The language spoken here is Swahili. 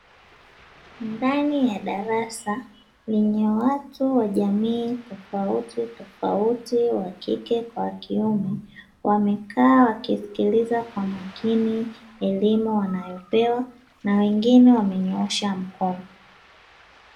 Ndani ya darasa lenye watu wa jamii tofautitofauti wa kike na wa kiume, wamekaa wakisikiliza kwa makini elimu wanayopewa; wengine wamenyoosha mikono.